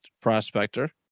Prospector